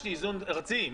יש לי איזון ארצי.